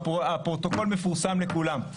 הפרוטוקול מפורסם לכולם.